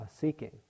seeking